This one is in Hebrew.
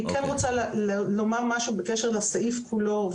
אני כן רוצה לומר משהו בקשר לסעיף כולו,